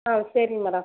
ஆ சரிங்க மேடம்